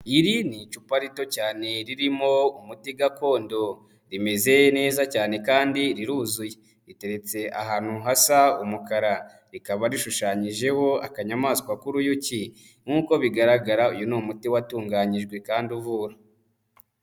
Iri ni icupa rito cyane ririmo umuti gakondo, rimeze neza cyane kandi riruzuye, riteretse ahantu hasa umukara, rikaba rishushanyijeho akanyamaswa k'uruyuki nk'uko bigaragara, uyu ni umuti watunganyijwe kandi uvura.